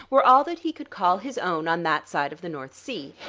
were all that he could call his own on that side of the north sea.